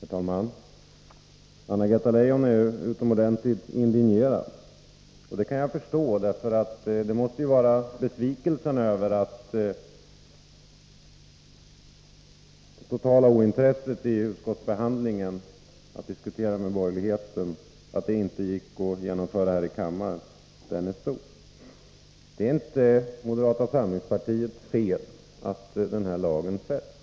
Herr talman! Anna-Greta Leijon är utomordentligt indignerad, och det kan jag förstå; det måste vara ett uttryck för att hennes besvikelse är stor över att det totala ointresset vid utskottsbehandlingen för att diskutera med borgerligheten inte ledde till framgång här i kammaren. Det är inte moderata samlingspartiets fel att den här lagen fälls.